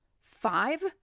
five